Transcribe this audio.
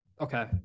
okay